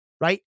right